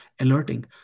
alerting